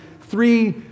three